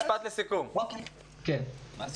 מה הסיכום?